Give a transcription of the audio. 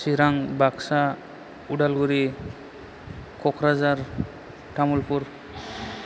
Chirang Baksa Udalguri Kokrajhar Tamulpur